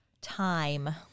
Time